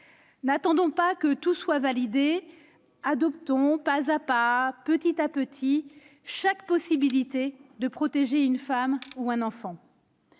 N'attendons pas que tout soit validé ; adoptons pas à pas, petit à petit, chaque possibilité de protéger une femme ou un enfant.